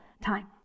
time